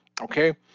okay